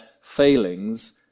failings